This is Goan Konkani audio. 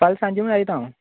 फाल्यां सांजे मेळटा हांव